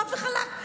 חד וחלק.